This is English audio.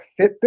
Fitbit